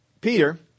Peter